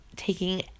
Taking